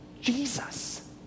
Jesus